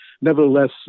Nevertheless